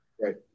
Right